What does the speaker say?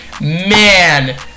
Man